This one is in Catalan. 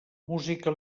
música